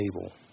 table